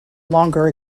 longer